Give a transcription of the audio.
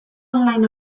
online